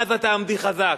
עזה, תעמדי חזק.